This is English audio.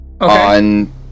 on